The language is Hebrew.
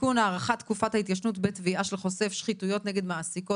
(תיקון - הארכת תקופת ההתיישנות בתביעה של חושף שחיתות נגד מעסיקו),